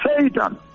Satan